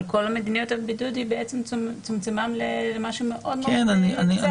אבל כל מדיניות הבידוד צומצמה למשהו מאוד מאוד צר,